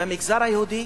במגזר היהודי,